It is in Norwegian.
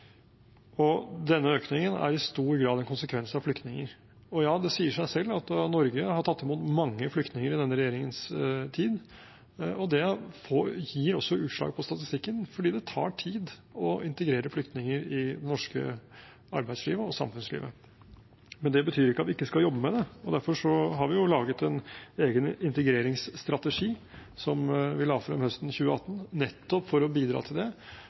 Denne økningen er i stor grad en konsekvens av flyktningpolitikken. Og ja, det sier seg selv at når Norge har tatt imot mange flyktninger i denne regjeringens tid, må det også gi utslag på statistikken, for det tar tid å integrere flyktninger i det norske arbeidslivet og samfunnslivet. Men det betyr ikke at vi ikke skal jobbe med det, og derfor har vi laget en egen integreringsstrategi, som vi la frem høsten 2018, nettopp for å bidra til det,